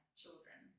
children